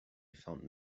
found